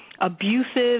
abusive